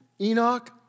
Enoch